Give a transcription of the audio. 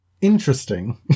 interesting